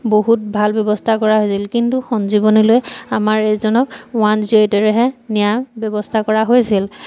বহুত ভাল ব্যৱস্থা কৰা হৈছিল কিন্তু সঞ্জীৱনীলৈ আমাৰ এইজনক ওৱান জিঅ' এইটেৰেহে নিয়াৰ ব্যৱস্থা কৰা হৈছিল